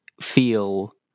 feel